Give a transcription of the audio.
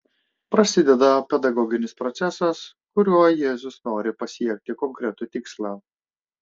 prasideda pedagoginis procesas kuriuo jėzus nori pasiekti konkretų tikslą